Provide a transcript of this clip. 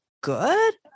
good